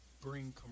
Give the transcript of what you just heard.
bring